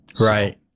Right